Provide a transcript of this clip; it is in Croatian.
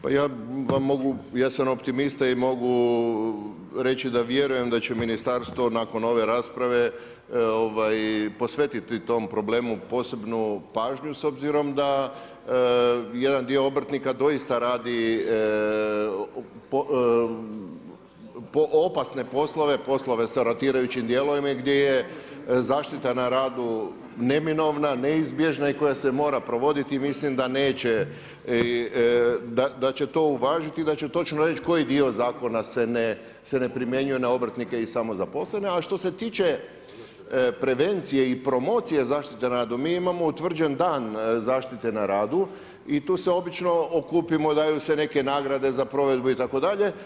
Pa ja vam mogu, ja sam optimista i mogu reći da vjerujem da će Ministarstvo nakon ove rasprave posvetiti tom problemu posebnu pažnju s obzirom da jedan dio obrtnika doista radi po opasne poslove, poslove s rotirajućim dijelovima, gdje je zaštita na radu, naimenova, neizbježna i koja se mora provoditi i mislim da neće da će to uvažiti i da će točno reći koji dio zakona se ne primjenjuje na obrtnike i samozaposlene, a što se tiče prevencije i promocije zaštite na radu, mi imamo utvrđen dan zaštite na radu i tu se obično okupimo, daju se neke nagrade za provedbu itd.